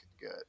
good